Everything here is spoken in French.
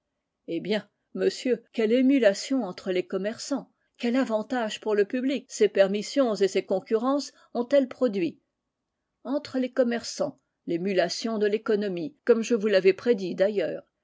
eh bien monsieur quelle émulation entre les commerçants quel avantage pour le public ces permissions et ces concurrences ont-elles produit entre les commerçants l'émulation de l'économie comme je vous l'avais prédit ailleurs